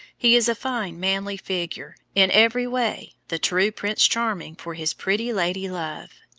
he is a fine, manly figure, in every way the true prince charming for his pretty lady-love.